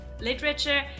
literature